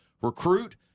recruit